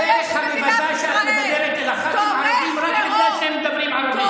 הדרך המבזה שאת מדברת אל חברי הכנסת הערבים רק בגלל שהם מדברים ערבית,